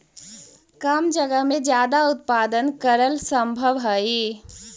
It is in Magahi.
कम जगह में ज्यादा उत्पादन करल सम्भव हई